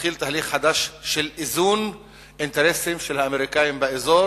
מתחיל תהליך חדש של איזון אינטרסים של אמריקנים באזור